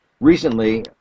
recently